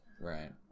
Right